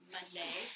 Monday